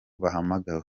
bahamagawe